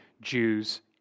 Jews